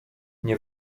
nie